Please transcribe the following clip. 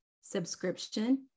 subscription